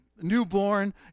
Newborn